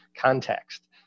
context